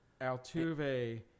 Altuve